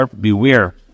Beware